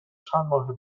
چندماه